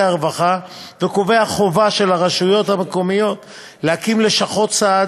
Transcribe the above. הרווחה וקובע חובה של הרשויות המקומיות להקים לשכות סעד,